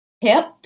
hip